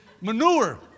manure